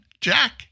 Jack